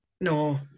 no